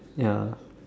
ya